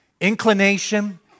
inclination